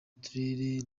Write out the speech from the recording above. turere